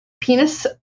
penis